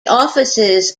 offices